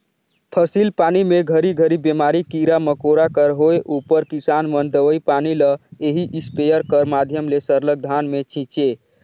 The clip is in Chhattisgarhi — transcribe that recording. फसिल पानी मे घरी घरी बेमारी, कीरा मकोरा कर होए उपर किसान मन दवई पानी ल एही इस्पेयर कर माध्यम ले सरलग धान मे छीचे